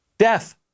Death